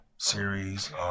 series